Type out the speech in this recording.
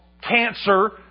cancer